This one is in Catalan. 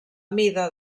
mida